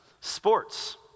Sports